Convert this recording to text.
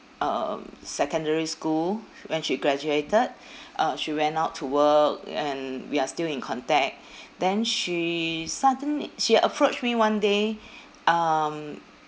um secondary school when she graduated uh she went out to work and we are still in contact then she suddenly she approached me one day um